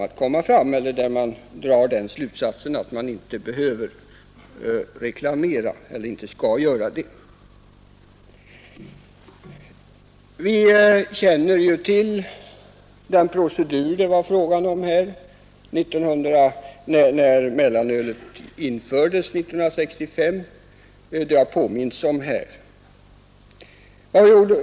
Vi känner till den kampanj det var fråga om när mellanölet infördes 1965; den har vi ju blivit påminda om här.